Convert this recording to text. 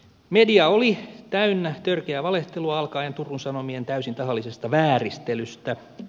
media oli täynnä törkeää valehtelua alkaen turun sano mien täysin tahallisesta vääristelystä